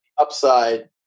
Upside